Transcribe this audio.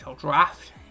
draft